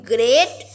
Great